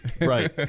Right